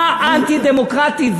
מה אנטי-דמוקרטי.